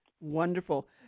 Wonderful